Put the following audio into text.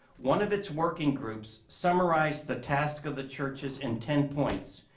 one of its working groups summarized the task of the churches in ten points,